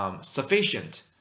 sufficient